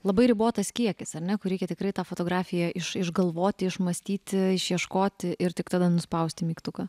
labai ribotas kiekis ar ne kur reikia tikrai tą fotografiją iš išgalvoti išmąstyti išieškoti ir tik tada nuspausti mygtuką